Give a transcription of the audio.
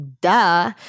duh